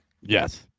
Yes